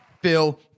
Bill